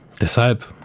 deshalb